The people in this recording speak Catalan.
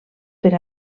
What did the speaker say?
per